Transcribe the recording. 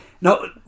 No